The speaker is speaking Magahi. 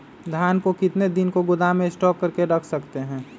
धान को कितने दिन को गोदाम में स्टॉक करके रख सकते हैँ?